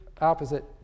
opposite